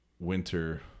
Winter